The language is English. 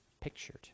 pictured